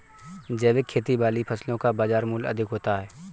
जैविक खेती वाली फसलों का बाज़ार मूल्य अधिक होता है